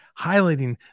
highlighting